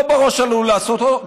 לא בראש שלנו לעשות אותו.